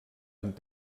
amb